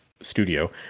studio